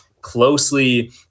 closely